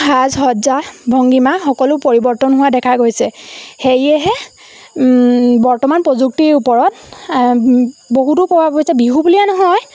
সাজ সজ্জা ভংগিমা সকলো পৰিৱৰ্তন হোৱা দেখা গৈছে সেয়েহে বৰ্তমান প্ৰযুক্তিৰ ওপৰত বহুতো প্ৰভাৱ হৈছে বিহু বুলিয়ে নহয়